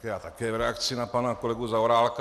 Tak já také v reakci na pana kolegu Zaorálka.